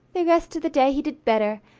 the rest of the day he did better,